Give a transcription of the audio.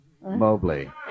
Mobley